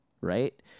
right